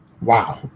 Wow